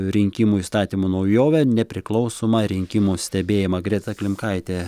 rinkimų įstatymo naujovę nepriklausomą rinkimų stebėjimą greta klimkaitė